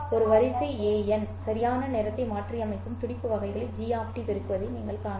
ஒரு வரிசைan சரியான நேரத்தை மாற்றியமைக்கும் துடிப்பு வகைகளை g பெருக்குவதை நீங்கள் காணலாம்